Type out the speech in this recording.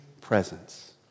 presence